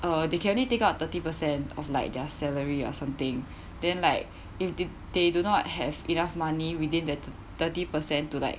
uh they can only take out thirty per cent of like their salary or something then like if they they do not have enough money within the thirty percent to like